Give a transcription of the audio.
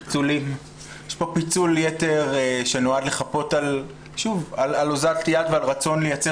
יש פה פיצול יתר שנועד לחפות על אזלת יד ועל רצון לייצר